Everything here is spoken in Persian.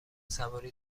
سواری